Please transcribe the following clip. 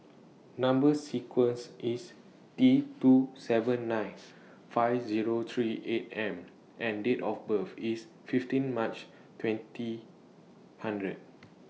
Number sequence IS T two seven nine five Zero three eight M and Date of birth IS fifteen March twenty hundred